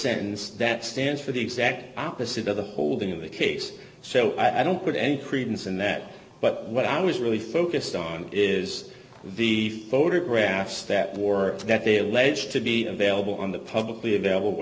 sentence that stands for the exact opposite of the holding of the case so i don't put any credence in that but what i was really focused on is the photographs that war that they allege to be available on the publicly available